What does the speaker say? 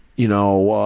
you know,